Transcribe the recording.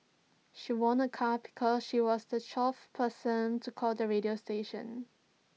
she won A car because she was the twelfth person to call the radio station